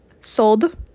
sold